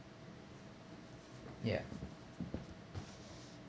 ya